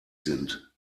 sind